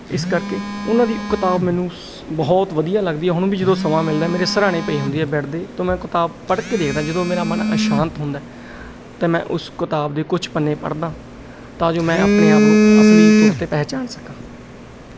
ਇਸ ਕਰਕੇ ਉਹਨਾਂ ਦੀ ਉਹ ਕਿਤਾਬ ਮੈਨੂੰ ਸ ਬਹੁਤ ਵਧੀਆ ਲੱਗਦੀ ਆ ਹੁਣ ਵੀ ਜਦੋਂ ਸਮਾਂ ਮਿਲਦਾ ਮੇਰੇ ਸਿਰਹਾਣੇ ਪਈ ਹੁੰਦੇ ਆ ਬੈਡ ਦੇ ਤੋ ਮੈਂ ਕਿਤਾਬ ਪੜ੍ਹ ਕੇ ਦੇਖਦਾ ਜਦੋਂ ਮੇਰਾ ਮਨ ਅਸ਼ਾਂਤ ਹੁੰਦਾ ਅਤੇ ਮੈਂ ਉਸ ਕਿਤਾਬ ਦੇ ਕੁਛ ਪੰਨੇ ਪੜ੍ਹਦਾ ਤਾਂ ਜੋ ਮੈਂ ਆਪਣੇ ਆਪ ਨੂੰ ਅਸਲੀ ਤੌਰ 'ਤੇ ਪਹਿਚਾਣ ਸਕਾਂ